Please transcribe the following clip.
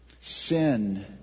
Sin